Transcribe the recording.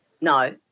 No